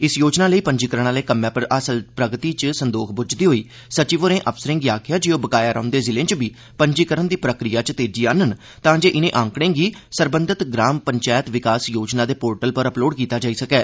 इस योजना लेई पंजीकरण आह्ले कम्मै च हासल प्रगति पर संदोख बुज्झदे होई सचिव होरें अफसरें गी आखेआ जे ओह् बकाया रौंहदे जिलें च बी पंजीकरण दी प्रक्रिया च तेजी आहनन तांजे इनें आंकड़े गी सरबंघत ग्राम पंचैत विकास योजना दे पोर्टल पर चाढ़ेआ जाई सकै